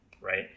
right